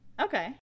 Okay